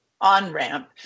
on-ramp